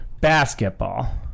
basketball